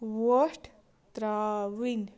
وۄٹھ ترٛاوٕنۍ